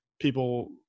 people